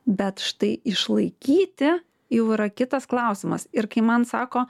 bet štai išlaikyti jau yra kitas klausimas ir kai man sako